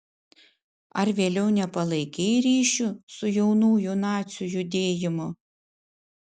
ar vėliau nepalaikei ryšių su jaunųjų nacių judėjimu